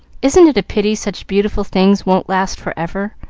isn't it a pity such beautiful things won't last forever?